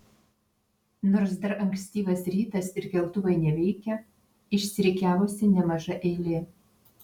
nors dar ankstyvas rytas ir keltuvai neveikia išsirikiavusi nemaža eilė